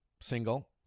single